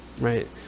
right